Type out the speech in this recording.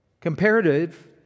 comparative